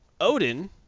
Odin